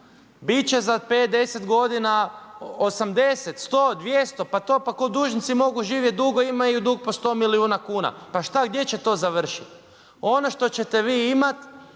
će za 5, 10 godina 80, 100, 200, pa ako dužnici mogu živjeti dugo, imaju dug po 100 milijuna kuna, pa gdje će to završiti? Ono što ćete vi imat